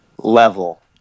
level